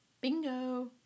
Bingo